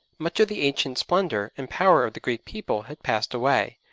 much of the ancient splendour and power of the greek people had passed away,